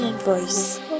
voice